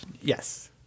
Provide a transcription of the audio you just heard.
Yes